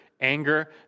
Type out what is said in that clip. anger